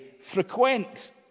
frequent